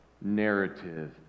narrative